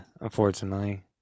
unfortunately